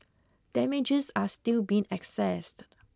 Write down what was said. damages are still being accessed